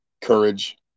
courage